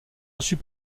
reçus